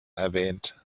erwähnt